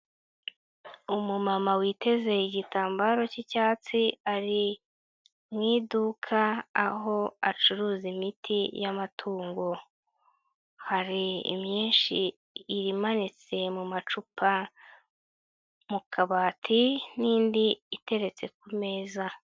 umu mama witeze igitambaro cy'icyats,i ari mu iduka aho acuruza imiti y'amatungo. Hari imyinshi imanitse mu macupa mu kabati n'indi iteretse ku meza.